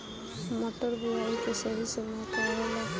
मटर बुआई के सही समय का होला?